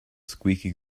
squeaky